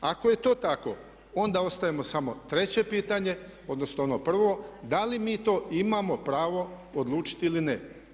Ako je to tako onda ostaje samo treće pitanje, odnosno ono prvo, da li mi to imamo pravo odlučiti ili ne.